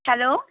hello